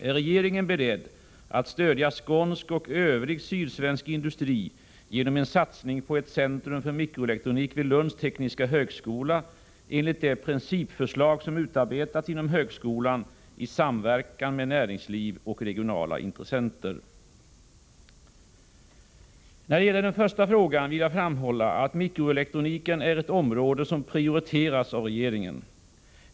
Är regeringen beredd att stödja skånsk och övrig sydsvensk industri genom en satsning på ett centrum för mikroelektronik vid Lunds tekniska högskola enligt det principförslag som utarbetats inom högskolan i samverkan med näringsliv och regionala intressenter? När det gäller den första frågan vill jag framhålla att mikroelektroniken är ett område som prioriteras av regeringen.